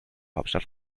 hauptstadt